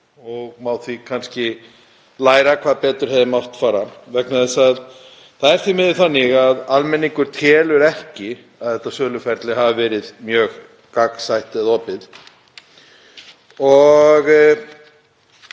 og má því kannski læra af þessu hvað hefði betur mátt fara. Það er því miður þannig að almenningur telur ekki að þetta söluferli hafi verið mjög gagnsætt eða opið og